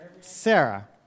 Sarah